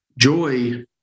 Joy